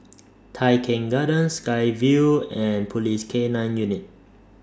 Tai Keng Gardens Sky Vue and Police K nine Unit